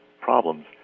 problems